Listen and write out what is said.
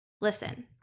Listen